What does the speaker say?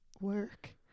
work